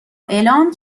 اعلام